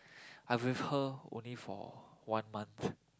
I with her only for one month